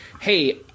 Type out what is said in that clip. hey